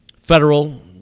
Federal